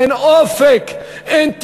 אין אופק, אין תקווה,